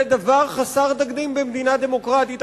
זה דבר חסר תקדים במדינה דמוקרטית,